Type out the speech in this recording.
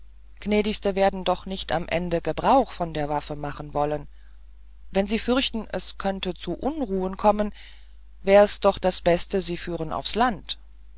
werden doch nicht am ende gebrauch von der waffe machen wollen wenn sie fürchten es könnte zu unruhen kommen wär's doch das beste sie führen aufs land